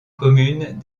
communes